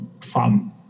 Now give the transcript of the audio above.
fun